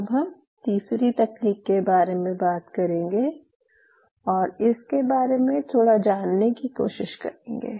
अब हम तीसरी तकनीक के बारे में बात करेंगे और इसके बारे में थोड़ा जानने की कोशिश करेंगे